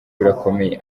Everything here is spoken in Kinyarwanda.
birakomeye